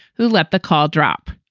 who let the call drop.